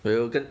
我有跟